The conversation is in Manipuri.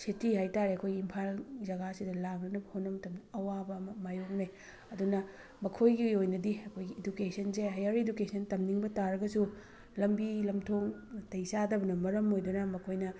ꯁꯤꯇꯤ ꯍꯥꯏꯇꯥꯔꯦ ꯑꯩꯈꯣꯏꯒꯤ ꯏꯝꯐꯥꯜ ꯖꯒꯥꯁꯤꯗ ꯂꯥꯛꯅꯅꯕ ꯍꯣꯠꯅꯕ ꯃꯇꯝꯗ ꯑꯋꯥꯕ ꯑꯃ ꯃꯥꯏꯌꯣꯛꯅꯩ ꯑꯗꯨꯅ ꯃꯈꯣꯏꯒꯤ ꯑꯣꯏꯅꯗꯤ ꯑꯩꯈꯣꯏꯒꯤ ꯏꯗꯨꯀꯦꯁꯟꯁꯦ ꯍꯌꯥꯔ ꯏꯗꯨꯀꯦꯁꯟ ꯇꯝꯅꯤꯡꯕ ꯇꯥꯔꯒꯁꯨ ꯂꯝꯕꯤ ꯂꯝꯊꯨꯡ ꯅꯥꯇꯩ ꯆꯥꯗꯕꯅ ꯃꯔꯝ ꯑꯣꯏꯗꯨꯅ ꯃꯈꯣꯏꯅ